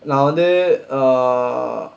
நான் வந்து:naan vanthu err